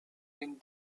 den